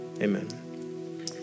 amen